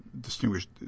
distinguished